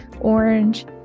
orange